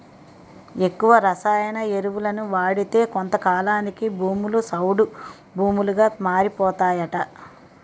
ఎక్కువ రసాయన ఎరువులను వాడితే కొంతకాలానికి భూములు సౌడు భూములుగా మారిపోతాయట